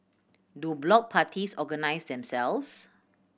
do block parties organise themselves